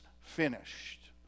finished